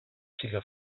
siga